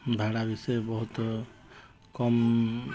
ଭଡ଼ା ବିଷୟ ବହୁତ କମ